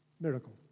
Miracle